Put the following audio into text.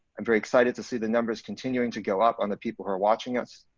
i'm very excited to see the numbers continuing to go up on the people who are watching us,